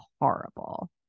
horrible